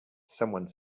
someone